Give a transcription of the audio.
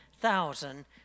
thousand